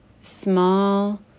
small